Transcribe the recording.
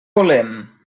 volem